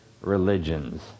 religions